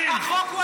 החוק הוא על,